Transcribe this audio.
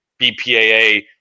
BPAA